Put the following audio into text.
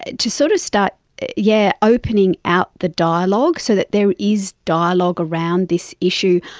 and to sort of start yeah opening out the dialogue so that there is dialogue around this issue.